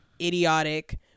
idiotic